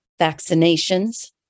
vaccinations